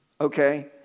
Okay